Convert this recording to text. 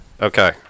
Okay